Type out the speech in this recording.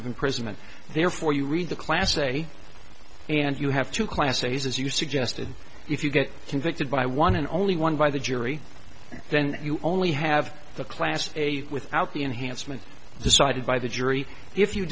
of imprisonment therefore you read the class a and you have two classes as you suggested if you get convicted by one and only one by the jury and then you only have the class a without the enhancement decided by the jury if you